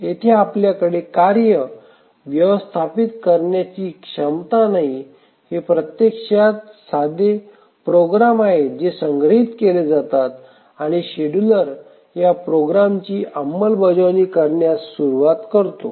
येथे आपल्याकडे कार्ये व्यवस्थापित करण्याची क्षमता नाही हे प्रत्यक्षात साधे प्रोग्राम आहेत जे संग्रहित केले जातात आणि शेड्युलर या प्रोग्रामची अंमलबजावणी करण्यास सुरवात करतो